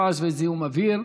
רעש וזיהום אוויר,